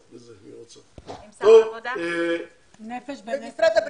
גם עם משרד הבריאות.